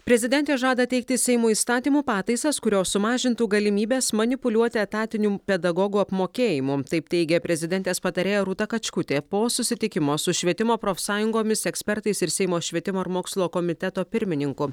prezidentė žada teikti seimui įstatymų pataisas kurios sumažintų galimybes manipuliuoti etatiniu pedagogų apmokėjimu taip teigia prezidentės patarėja rūta kačkutė po susitikimo su švietimo profsąjungomis ekspertais ir seimo švietimo ir mokslo komiteto pirmininku